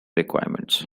requirements